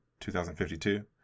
2052